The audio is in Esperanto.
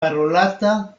parolata